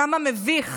כמה מביך